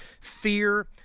fear